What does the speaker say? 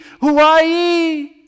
Hawaii